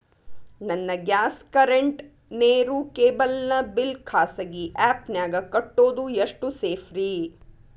ನನ್ನ gas current, ನೇರು, cable ನ ಬಿಲ್ ಖಾಸಗಿ ಆ್ಯಪ್ ನ್ಯಾಗ್ ಕಟ್ಟೋದು ಎಷ್ಟು ಸೇಫ್ರಿ?